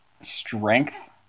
Strength